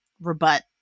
rebut